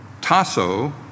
tasso